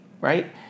right